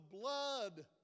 blood